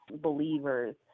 believers